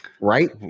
Right